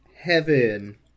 heaven